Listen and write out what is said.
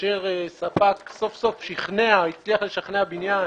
כאשר ספק סוף סוף הצליח לשכנע בניין,